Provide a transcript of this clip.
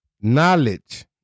Knowledge